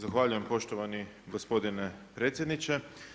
Zahvaljujem poštovani gospodine predsjedniče.